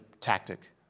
tactic